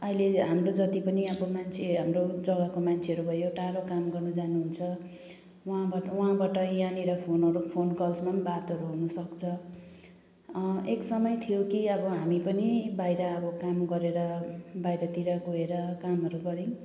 अहिले हाम्रो जति पनि अब मान्छे हाम्रो जग्गाको मान्छेहरू भयो टाढो काम गर्नु जानुहुन्छ उहाँबाट उहाँबाट यहाँनिर फोनहरू फोन कल्समा पनि बातहरू हुनुसक्छ एक समय थियो कि अब हामी पनि बाहिर अब काम गरेर बाहिरतिर गएर कामहरू गर्यौँ